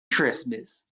christmas